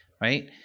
right